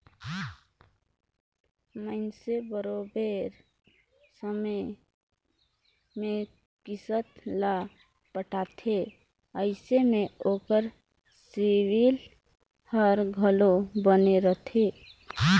मइनसे बरोबेर समे में किस्त ल पटाथे अइसे में ओकर सिविल हर घलो बने रहथे